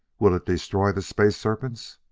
will it destroy the space-serpents?